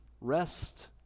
rest